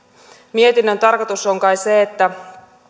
mietinnön tarkoitus on kai se että